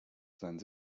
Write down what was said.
seinen